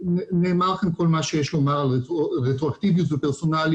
נאמר לכם כל מה שיש לומר על רטרואקטיביות ופרסונליות.